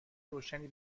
روشنی